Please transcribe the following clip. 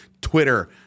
Twitter